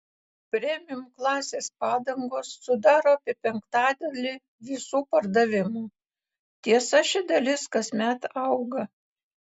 premium klasės padangos sudaro apie penktadalį visų pardavimų tiesa ši dalis kasmet auga